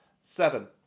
seven